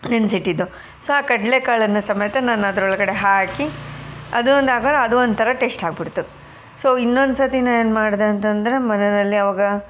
ನೆನೆಸಿಟ್ಟಿದ್ದು so ಆ ಕಡಲೆಕಾಳನ್ನ ಸಮೇತ ನಾನು ಅದ್ರ ಒಳಗಡೆ ಹಾಕಿ ಅದೊಂದು ಆಗ ಅದು ಒಂಥರ ಟೇಶ್ಟ್ ಆಗ್ಬಿಡ್ತು ಸೊ ಇನ್ನೊಂದು ಸರ್ತಿ ನಾ ಏನು ಮಾಡಿದೆ ಅಂತಂದರೆ ಮನೆಯಲ್ಲಿ ಅವಾಗ